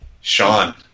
Sean